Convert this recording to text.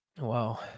Wow